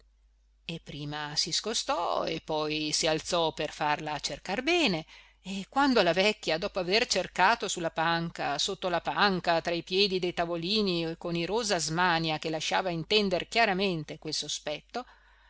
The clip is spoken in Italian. e prima si scostò e poi si alzò per farla cercar bene e quando la vecchia dopo aver cercato su la panca sotto la panca tra i piedi dei tavolini con irosa smania che lasciava intender chiaramente quel sospetto